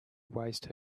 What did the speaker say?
waste